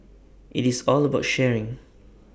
IT is all about sharing